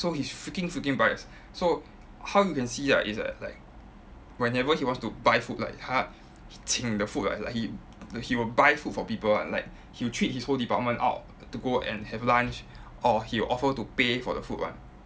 so he's freaking freaking biased so how you can see right is that like whenever he wants to buy food like 他请 the food right like he he will buy food for people [one] like he'll treat his whole department out to go and have lunch or he'll offer to pay for the food [one]